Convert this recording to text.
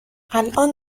الان